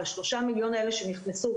ב-3 מיליון האלה שנכנסו,